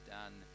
done